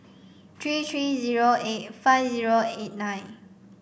three three zero eight five zero eight nine